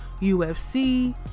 UFC